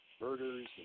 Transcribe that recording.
murders